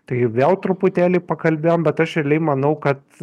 tai vėl truputėlį pakalbėjom bet aš realiai manau kad